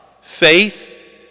faith